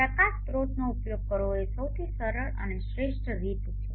પ્રકાશ સ્રોતનો ઉપયોગ કરવો એ સૌથી સરળ અને શ્રેષ્ઠ રીત છે